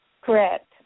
Correct